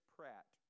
Pratt